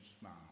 smile